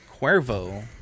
Cuervo